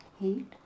Heat